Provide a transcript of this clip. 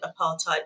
apartheid